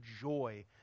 joy